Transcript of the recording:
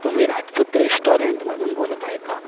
तुम्ही राजपूत रेस्टॉरंटमधून बोलत आहे का